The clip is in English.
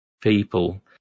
people